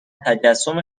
تجسم